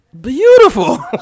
Beautiful